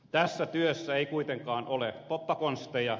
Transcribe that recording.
tässä työssä ei kuitenkaan ole poppakonsteja